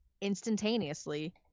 instantaneously